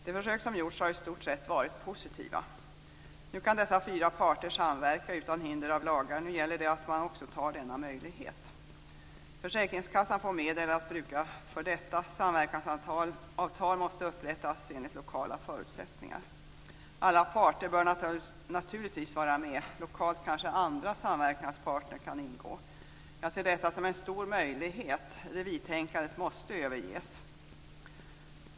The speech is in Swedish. De försök som gjorts har i stort sett varit positiva. De fyra parterna skall nu kunna samverka utan hinder av lagar, och det gäller att man utnyttjar denna möjlighet. Försäkringskassan får medel att bruka för detta, och samverkansavtal måste upprättas enligt lokala förutsättningar. Alla parter bör naturligtvis vara med, och lokalt kan kanske ytterligare samverkanspartner ingå. Jag ser detta som en stor möjlighet. Revirtänkandet måste överges.